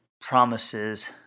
promises